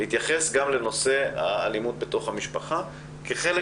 להתייחס גם לנושא אלימות בתוך המשפחה כחלק